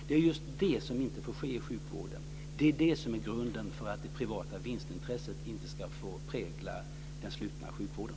Det är just det som inte får ske i sjukvården. Det är det som är grunden för att det privata vinstintresset inte ska få prägla den slutna sjukvården.